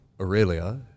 Aurelia